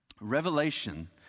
Revelation